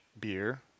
beer